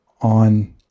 on